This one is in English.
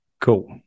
Cool